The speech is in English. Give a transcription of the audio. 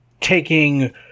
taking